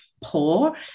poor